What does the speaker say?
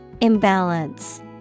Imbalance